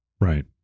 Right